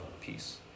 peace